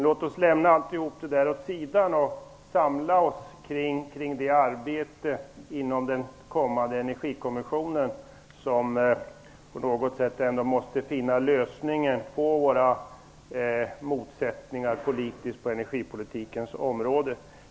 Låt oss lämna detta och samla oss kring arbetet inom den kommande energikommissionen som ändå måste finna lösningen på våra politiska motsättningar på energipolitikens område.